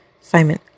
Simon